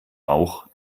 auch